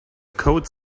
code